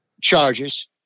charges